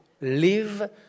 live